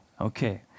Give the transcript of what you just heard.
Okay